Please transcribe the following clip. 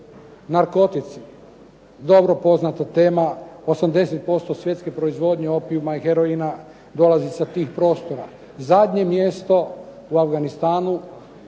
Narkotici, dobro poznata tema. 80% svjetske proizvodnje opijuma i heroina dolazi sa tih prostora. Zadnje mjesto u Afganistanu